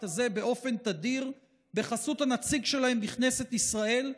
הזה באופן תדיר בחסות הנציג שלהם בכנסת ישראל,